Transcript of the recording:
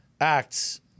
acts